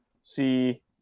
see